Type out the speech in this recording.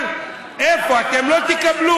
אבל איפה, אבל למה לשקר?